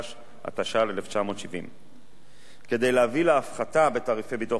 התש"ל 1970. כדי להביא להפחתה בתעריפי ביטוח החובה לאופנועים,